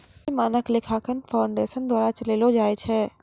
वित्तीय मानक लेखांकन फाउंडेशन द्वारा चलैलो जाय छै